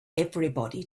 everybody